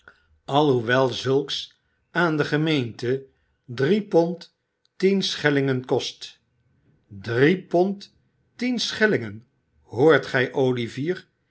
alhoewel zulks aan de gemeente drie pond tien schellingen kost drie pond tien schellingen hoort gij olivier